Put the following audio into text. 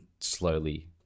slowly